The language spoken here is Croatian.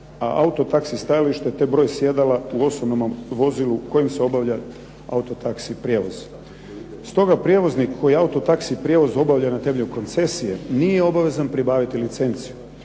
a auto taxi stajalište, te broj sjedala u osobnom vozilu kojim se obavlja auto taxi prijevoz. Stoga prijevoznik koji auto taxi prijevoz obavlja na temelju koncesije nije obavezan pribaviti licenciju.